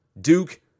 Duke